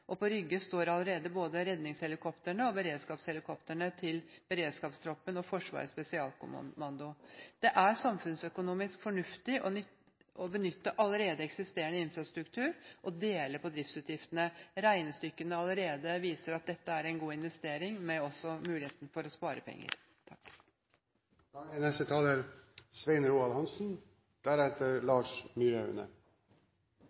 egnet. På Rygge står allerede både redningshelikoptrene og beredskapshelikoptrene til beredskapstroppen og Forsvarets spesialkommando. Det er samfunnsøkonomisk fornuftig å benytte allerede eksisterende infrastruktur og dele på driftsutgiftene. Regnestykkene viser allerede at dette er en god investering, også med mulighet til å spare penger. Ansvarsdelingen for terrorbekjempelse og samfunnsberedskap mellom politiet og Forsvaret er